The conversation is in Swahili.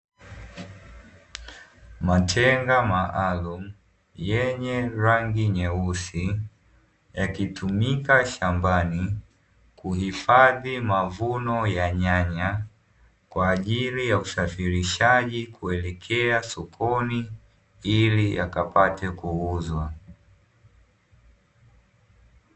Matenga maalumu yenye rangi nyeusi, yakitumika shambani kuhifadhi mavuno ya nyanya, kwa ajili ya usafirishaji kuelekea sokoni ili yakapate kuuzwa.